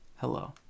Hello